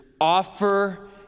offer